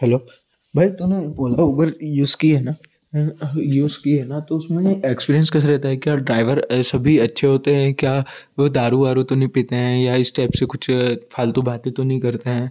hello भाई तूने Ola Uber use की है ना यूज़ की है ना तो उसमें एक्सपीरिएन्स कैसा रहेता है क्या ड्राइवर सभी अच्छे होते हैं क्या वो दारू वारू तो नई पीते हैं या इस टाइप से कुछ फालतू बातें तो नहीं करते हैं